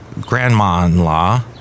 grandma-in-law